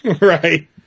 Right